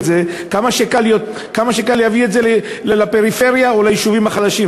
כמה קל להביא את זה לפריפריה או ליישובים החלשים,